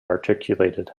articulated